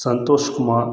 Santhosh Kumar